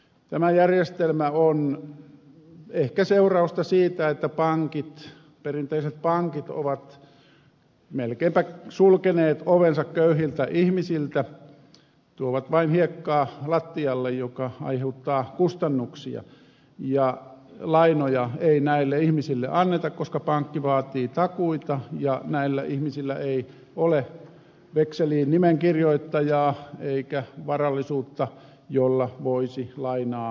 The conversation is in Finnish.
tämä järjestelmä on ehkä seurausta siitä että perinteiset pankit ovat melkeinpä sulkeneet ovensa köyhiltä ihmisiltä tuovat vain hiekkaa lattialle joka aiheuttaa kustannuksia ja lainoja ei näille ihmisille anneta koska pankki vaatii takuita ja näillä ihmisillä ei ole vekseliin nimen kirjoittajaa eikä varallisuutta jota vastaan voisi laina